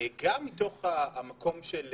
גם מתוך המקום של